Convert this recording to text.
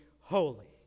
holy